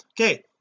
okay